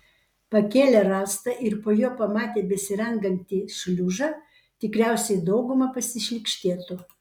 pakėlę rąstą ir po juo pamatę besirangantį šliužą tikriausiai dauguma pasišlykštėtų